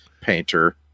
painter